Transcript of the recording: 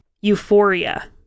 euphoria